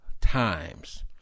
times